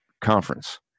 conference